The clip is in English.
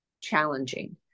challenging